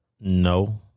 No